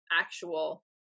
actual